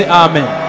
amen